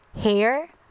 hair